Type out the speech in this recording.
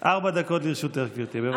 דקות לרשותך, גברתי, בבקשה.